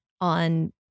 on